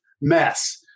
mess